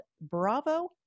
Bravo